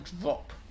drop